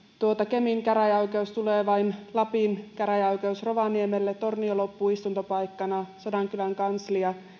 kemin käräjäoikeus tulee vain lapin käräjäoikeus rovaniemelle tornio loppuu istuntopaikkana sodankylän kanslia